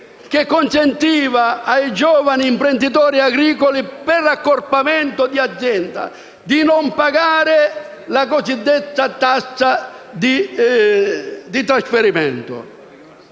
che consentiva ai giovani imprenditori agricoli, per gli accorpamenti di azienda, di non pagare la cosiddetta tassa di trasferimento.